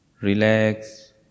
Relax